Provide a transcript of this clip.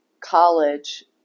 college